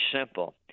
simple